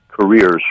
careers